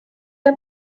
der